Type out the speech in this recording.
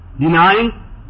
Denying